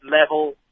level